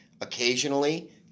occasionally